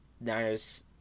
Niners